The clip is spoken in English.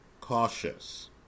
cautious